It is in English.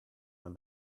when